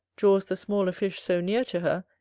draws the smaller fish so near to her,